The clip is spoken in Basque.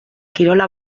kirola